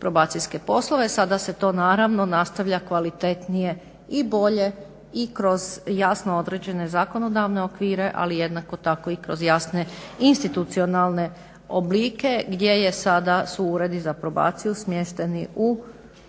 probacijske poslove. Sada se to naravno nastavlja kvalitetnije i bolje i kroz jasno određene zakonodavne okvire, ali jednako tako i kroz jasne institucionalne oblike, gdje su sada uredi za probaciju smješteni u